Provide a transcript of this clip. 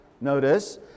notice